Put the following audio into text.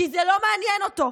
כי זה לא מעניין אותו.